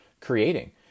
creating